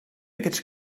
aquests